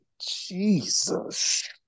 Jesus